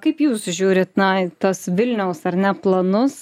kaip jūs žiūrit na į tas vilniaus ar ne planus